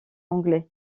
anglais